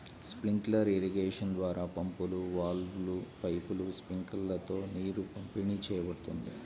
sprinkler irrigation ద్వారా పంపులు, వాల్వ్లు, పైపులు, స్ప్రింక్లర్లతో నీరు పంపిణీ చేయబడుతుంది